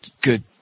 good